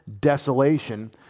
desolation